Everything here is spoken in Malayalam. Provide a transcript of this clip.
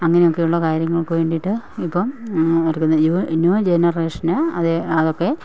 അങ്ങനെയൊക്കെയുള്ള കാര്യങ്ങൾക്ക് വേണ്ടിയിട്ട് ഇപ്പം നടക്കുന്നത് ന്യൂ ജനറേഷന് അത് അതൊക്കെ